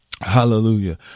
Hallelujah